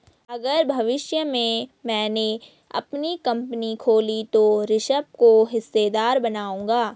अगर भविष्य में मैने अपनी कंपनी खोली तो ऋषभ को हिस्सेदार बनाऊंगा